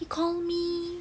he call me